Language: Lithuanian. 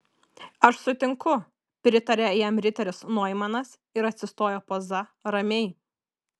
aš sutinku pritarė jam riteris noimanas ir atsistojo poza ramiai